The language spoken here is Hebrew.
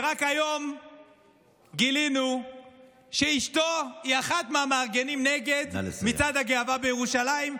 שרק היום גילינו שאשתו היא אחת מהמארגנים נגד מצעד הגאווה בירושלים,